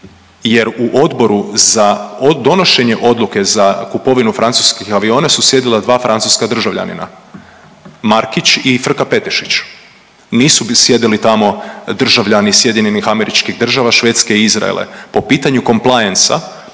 jer u odboru za donošenje odluke za kupovinu francuskih aviona su sjedila dva francuska državljanina, Markić i Frka Petešić, nisu sjedili tamo državljani SAD-a, Švedske i Izraela. Po pitanju compliancea,